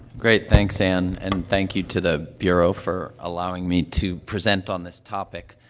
great. thanks, ann, and thank you to the bureau for allowing me to present on this topic.